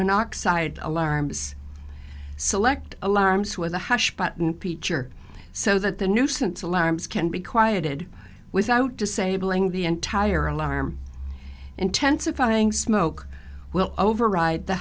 monoxide alarms select alarms with a hush button peacher so that the nuisance alarms can be quieted without disabling the entire alarm intensifying smoke will override the